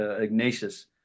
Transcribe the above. Ignatius